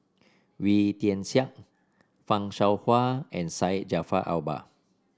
Wee Tian Siak Fan Shao Hua and Syed Jaafar Albar